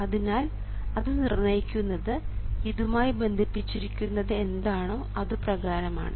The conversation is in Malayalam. അതിനാൽ അതു നിർണയിക്കുന്നത് ഇതുമായി ബന്ധിപ്പിച്ചിരിക്കുന്നത് എന്താണോ അതു പ്രകാരം ആണ്